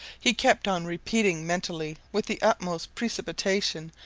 he kept on repeating mentally, with the utmost precipitation,